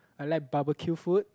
I like barbecue food